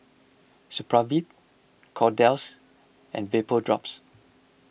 Supravit Kordel's and Vapodrops